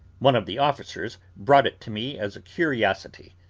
one of the officers brought it to me as a curiosity.